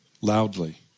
loudly